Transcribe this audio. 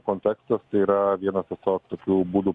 kontekstas tai yra vienas tiesiog tokių būdų